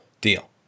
deal